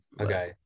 Okay